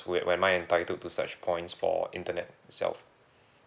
will will am I entitled to such points for internet itself